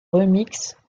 remixes